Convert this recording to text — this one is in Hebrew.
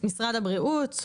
משרד הבריאות,